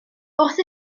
wrth